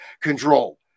control